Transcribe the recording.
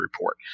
report